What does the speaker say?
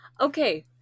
Okay